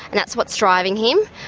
and that's what's driving him.